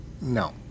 No